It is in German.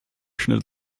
schnell